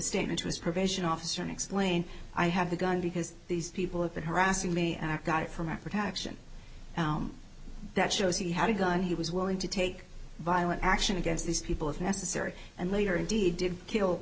statement to his probation officer and explain i have a gun because these people have been harassing me and i got it from a protection that shows he had a gun he was willing to take violent action against these people if necessary and later indeed did kill